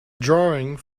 drawing